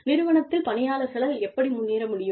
நிறுவனத்தில் பணியாளர்களால் எப்படி முன்னேற முடியும்